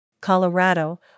Colorado